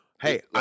Hey